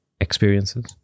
experiences